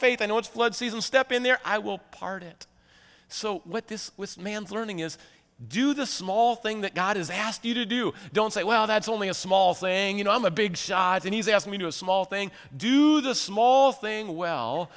what flood season step in there i will part it so what this man's learning is do the small thing that god has asked you to do don't say well that's only a small saying you know i'm a big shot and he's asked me do a small thing do the small thing well